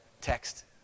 text